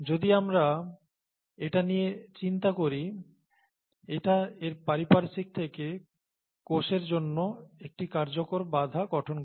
যদি আমরা এটা নিয়ে চিন্তা করি এটা এর পারিপার্শ্বিক থেকে কোষের জন্য একটি কার্যকর বাধা গঠন করে